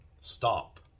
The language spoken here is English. stop